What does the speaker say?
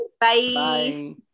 Bye